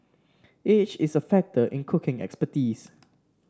age is a factor in cooking expertise